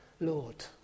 Lord